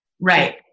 right